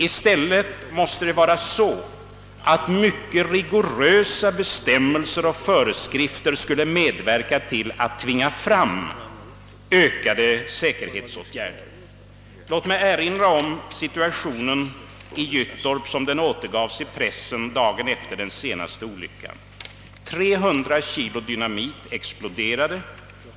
I stället borde mycket rigorösa bestämmelser och föreskrifter medverka till att tvinga fram ökade säkerhetsåtgärder. Låt mig erinra om situationen i Gyttorp, sådan den återgavs i pressen dagen efter den senaste olyckan. 300 kilo dynamit exploderade.